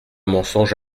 mensonge